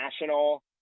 National